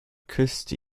küsste